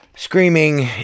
screaming